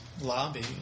lobby